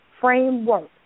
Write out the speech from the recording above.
framework